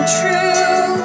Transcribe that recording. true